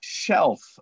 shelf